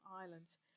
islands